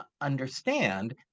understand